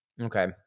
Okay